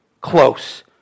close